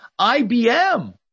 IBM